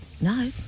No